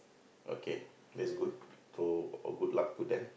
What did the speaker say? okay that's good so uh good luck to them